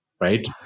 right